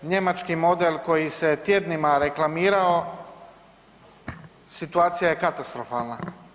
Njemački model koji se tjednima reklamirao situacija je katastrofalna.